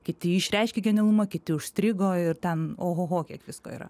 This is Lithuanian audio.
kiti išreiškė genialumą kiti užstrigo ir ten ohoho kiek visko yra